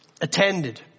attended